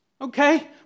Okay